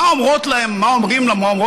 מה אומרות להם השופטות,